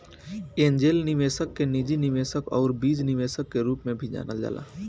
angel निवेशक के निजी निवेशक आउर बीज निवेशक के रूप में भी जानल जाला